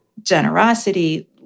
generosity